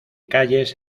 calles